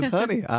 Honey